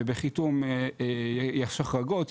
ובחיתום יש החרגות,